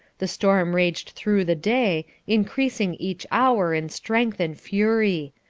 the storm raged through the day, increasing each hour in strength and fury.